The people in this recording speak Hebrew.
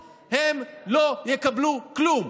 כמו שאני לא אומר על כל יהודי,